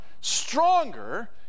stronger